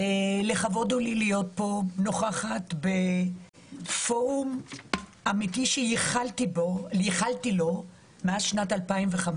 לכבוד הוא לי להיות נוכחת פה בפורום אמיתי שייחלתי לו מאז שנת 2015,